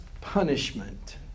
punishment